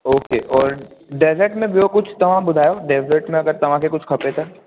ओ के और डेजट में ॿियों कुझु तव्हां ॿुधायो डेजट में अगरि तव्हांखे कुझु खपे त